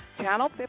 Channel